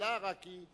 השאלה רק היא,